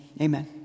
amen